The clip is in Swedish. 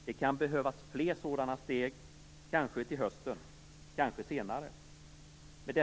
Det kan behövas fler sådan steg - kanske till hösten, kanske senare.